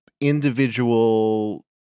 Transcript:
individual